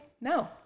no